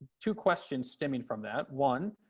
two questions stem and from that. one,